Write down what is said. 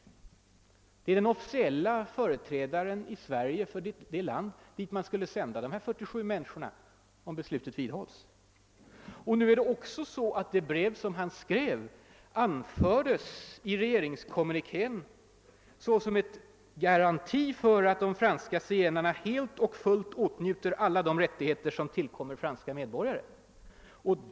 Han är den officielle företrädaren för det land, dit man skulle sända dessa 47 människor om beslutet vidhålls. Och det brev som han skrev anfördes i regeringskommunikén som en garanti för att de franska zigenarna helt och fullt åtnjuter alla rättigheter som tillkommer franska medborgare.